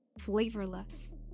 flavorless